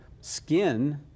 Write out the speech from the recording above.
skin